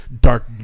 dark